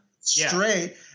Straight